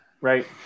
right